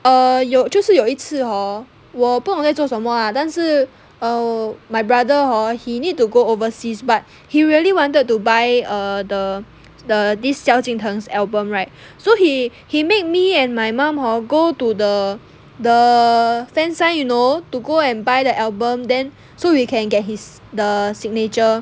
err 有就是有一次 hor 我不懂在做么 lah 但是 err my brother hor he need to go overseas but he really wanted to buy err the the this 萧敬腾 album right so he he made me and my mum hor go to the the fan sign you know to go and buy the album then so we can get his the signature